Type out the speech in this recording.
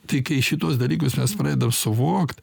tai kai šituos dalykus mes pradedam suvokt